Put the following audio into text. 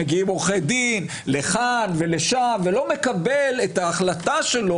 מגיעים עורכי דין לכאן ולשם ולא מקבל החלטתו,